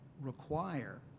require